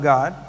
God